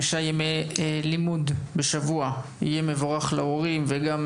בשבוע יהיה מבורך להורים וגם יחסוך כסף למשק.